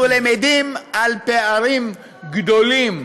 אנחנו למדים על פערים גדולים,